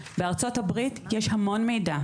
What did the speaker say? בארצות הברית ובאירופה יש המון מידע.